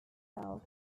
himself